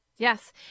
Yes